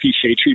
Tree